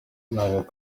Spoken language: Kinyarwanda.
ntabwo